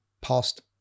past